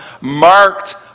marked